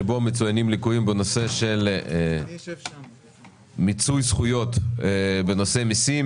שבו מצוינים ליקויים בנושא של מיצוי זכויות בנושא מיסים.